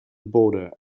border